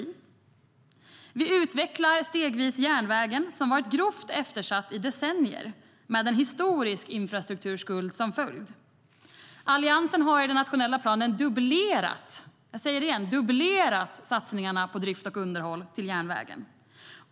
Vi utvecklar stegvis järnvägen, som varit grovt eftersatt i decennier med en historisk infrastrukturskuld som följd. Alliansen har i den nationella planen dubblerat - jag säger det igen: dubblerat - satsningarna på drift och underhåll för järnvägen.